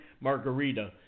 margarita